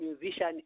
musician